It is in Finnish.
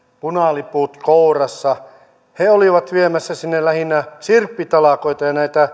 punaliput kourassa he olivat viemässä sinne lähinnä sirppitalkoita